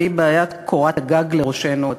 והיא בעיית קורת הגג לראשנו,